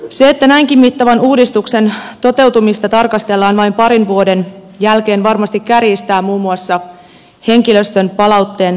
se että näinkin mittavan uudistuksen toteutumista tarkastellaan vain parin vuoden jälkeen varmasti kärjistää muun muassa henkilöstön palautteen sävyä